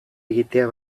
egitea